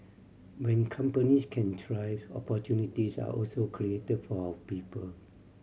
when companies can thrive opportunities are also created for our people